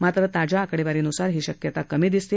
मात्र ताज्या आकडेवारीनुसार ती शक्यता कमी आहे